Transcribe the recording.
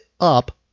Up